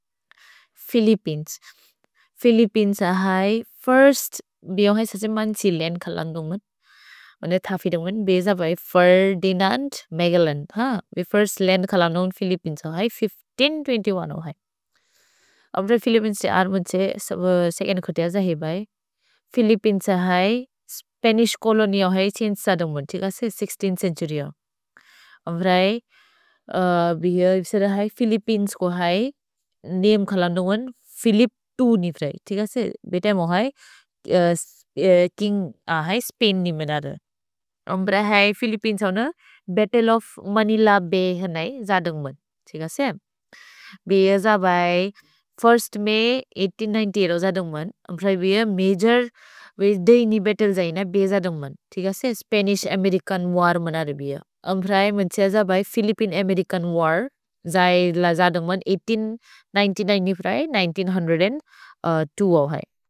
Philippines. Philippines अ है। First. भि हो है ससे मन्चि लन्द् खलन्दुन्गुन्। मन्ने थफिदुन्गुन्। भेज बै फेर्दिनन्द् मगेल्लन्। ह? भि फिर्स्त् लन्द् खलन्दुन्गुन् फिलिप्पिनेस् अ है। हज़ार पाँच सौ बीस एक अ है। अब्र फिलिप्पिनेस् ते अर्दुन्गुन् त्से सेचोन्द् खतिअ जहे बै। फिलिप्पिनेस् अ है स्पनिश् चोलोन्य् अ है छिन्सदुन्गुन्। तिग से १६थ् चेन्तुर्य् अ। अब्र ऐ भि हेरे इसेर है फिलिप्पिनेस् को है नमे खलन्दुन्गुन् फिलिप् ई नि प्रए। तिग से बेत मो है किन्ग् अ है स्पैन् नि मेनदु। अब्र है फिलिप्पिनेस् औन भत्त्ले ओफ् मनिल भय् हन जहेदुन्गुन्। तिग से भेज बै १स्त् मय् हज़ार आठ सौ नब्बे आठ अ जहेदुन्गुन्। अब्र बिअ मजोर् दय्नि बत्त्ले जहेदुन्गुन्। तिग से स्पनिश्-अमेरिचन् वर् मेनदु बिअ। अब्र ऐ मन्सेज बै फिलिप्पिने-अमेरिचन् वर् जहेदुन्गुन् हज़ार आठ सौ नब्बे नौ नि प्रए हज़ार नौ सौ दो अ है।